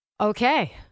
Okay